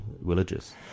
villages